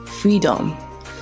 freedom